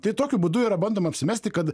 tai tokiu būdu yra bandoma apsimesti kad